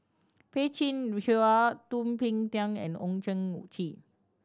Peh Chin Hua Thum Ping Tjin and Owyang Chi